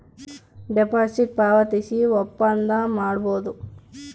deposit ಪಾವತಿಸಿ ಒಪ್ಪಂದ ಮಾಡಬೋದು